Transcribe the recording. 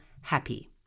happy